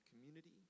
community